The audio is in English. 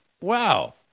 Wow